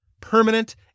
permanent